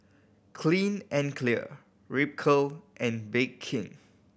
Clean and Clear Ripcurl and Bake King